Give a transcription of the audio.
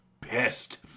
pissed